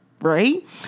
right